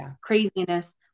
craziness